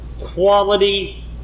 quality